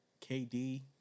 KD